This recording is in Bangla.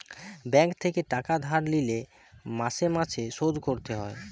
ব্যাঙ্ক থেকে টাকা ধার লিলে মাসে মাসে শোধ করতে হয়